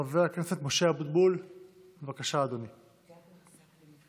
חבר הכנסת משה אבוטבול, בבקשה, אדוני.